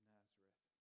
Nazareth